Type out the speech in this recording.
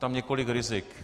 Je tam několik rizik.